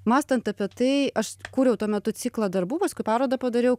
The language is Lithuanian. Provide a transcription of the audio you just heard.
mąstant apie tai aš kūriau tuo metu ciklą darbų parodą padariau